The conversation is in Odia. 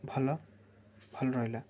ଭଲ ଭଲ ରହିଲା